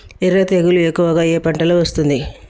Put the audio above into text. ఎర్ర తెగులు ఎక్కువగా ఏ పంటలో వస్తుంది?